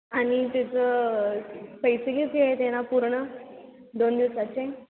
आणि तेचं पैसे किती आहे ते ना पूर्ण दोन दिवसाचे